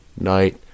night